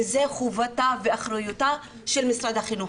וזו חובתו ואחריותו של משרד החינוך.